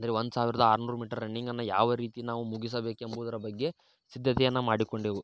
ಅಂದರೆ ಒಂದು ಸಾವಿರದ ಆರುನೂರು ಮೀಟರ್ ರನ್ನಿಂಗನ್ನು ಯಾವ ರೀತಿ ನಾವು ಮುಗಿಸಬೇಕೆಂಬುದರ ಬಗ್ಗೆ ಸಿದ್ಧತೆಯನ್ನು ಮಾಡಿಕೊಂಡೆವು